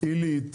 עלית ,שטראוס,